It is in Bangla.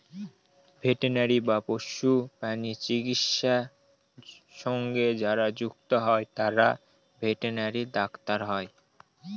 ভেটেনারি বা পশুপ্রাণী চিকিৎসা সঙ্গে যারা যুক্ত হয় তারা ভেটেনারি ডাক্তার হয়